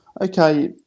okay